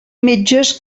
metges